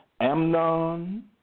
Amnon